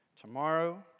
tomorrow